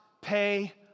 pay